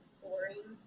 boring